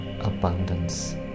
abundance